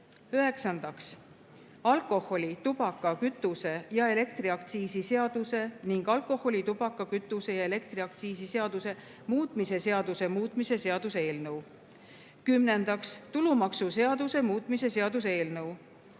Üheksandaks, alkoholi-, tubaka-, kütuse- ja elektriaktsiisi seaduse ning alkoholi-, tubaka-, kütuse- ja elektriaktsiisi seaduse muutmise seaduse muutmise seaduse eelnõu. Kümnendaks, tulumaksuseaduse muutmise seaduse eelnõu.